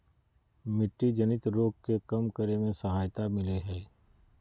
मिट्टी जनित रोग के कम करे में सहायता मिलैय हइ